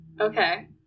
Okay